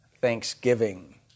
thanksgiving